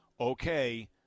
Okay